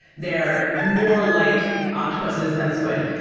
they're more like octopuses than squid.